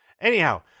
Anyhow